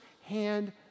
hand